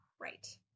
Right